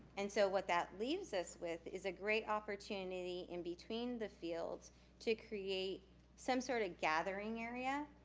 and so what that leaves us with is a great opportunity in between the fields to create some sort of gathering area.